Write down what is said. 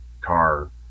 car